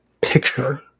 picture